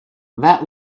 that